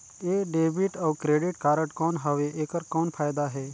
ये डेबिट अउ credit card कौन हवे एकर कौन फाइदा हे?